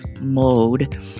mode